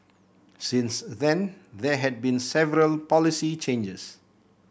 since then there had been several policy changes